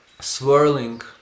swirling